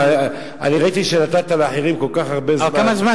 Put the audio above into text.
ראיתי שנתת לאחרים כל כך הרבה זמן,